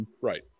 right